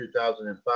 2005